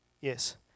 yes